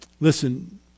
Listen